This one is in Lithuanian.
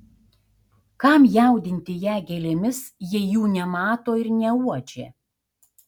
kam jaudinti ją gėlėmis jei jų nemato ir neuodžia